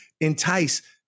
entice